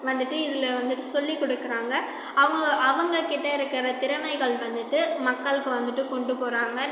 வந்துட்டு இதில் வந்துட்டு சொல்லிக் கொடுக்குறாங்க அவுங்க அவங்ககிட்ட இருக்கிற திறமைகள் வந்துட்டு மக்களுக்கு வந்துட்டு கொண்டுப்போகிறாங்க